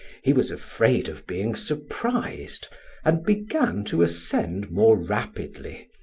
he was afraid of being surprised and began to ascend more rapidly,